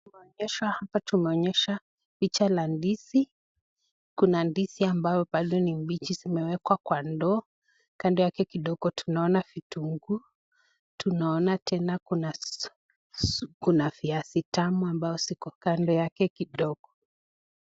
Tunaonyeshwa, hapa tumeonyeshwa picha la ndizi, kuna ndizi ambao bado ni mbichi zimewekwa kwa ndoo, kando yake kidogo tunaona vitunguu, tunaona tena kuna viazi tamu ambao ziko kando yake kidogo.